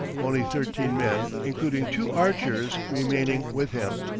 only thirteen men, including two archers, remaining with him.